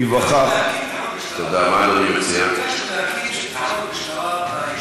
ניווכח, ביקשנו להקים תחנות משטרה.